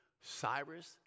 Cyrus